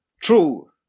True